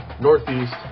Northeast